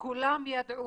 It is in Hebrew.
כולם ידעו,